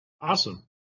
Awesome